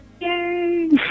Yay